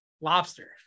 lobster